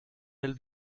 del